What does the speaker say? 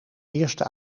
eerste